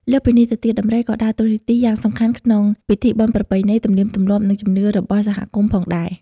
លើសពីនេះទៅទៀត ដំរីក៏ដើរតួនាទីយ៉ាងសំខាន់ក្នុងពិធីបុណ្យប្រពៃណី ទំនៀមទម្លាប់ និងជំនឿរបស់សហគមន៍ផងដែរ។